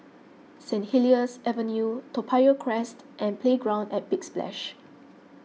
Saint Helier's Avenue Toa Payoh Crest and Playground at Big Splash